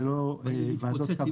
ללא ועדות קבלה.